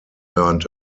earned